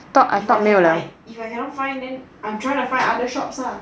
I thought I thought 没有来 if I cannot find then I'm trying to find other shops ah